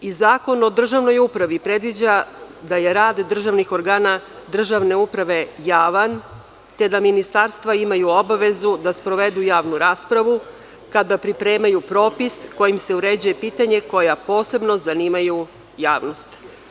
Zakon o državnoj upravi predviđa da je rad državnih organa državne uprave javan, te da ministarstva imaju obavezu da sprovedu javnu raspravu kada pripremaju propis kojim se uređuje pitanja koja posebno zanimaju javnost.